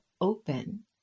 open